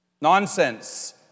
Nonsense